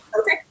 Okay